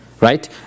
right